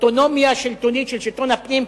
אוטונומיה שלטונית של שלטון הפנים,